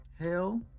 hail